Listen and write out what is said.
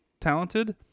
talented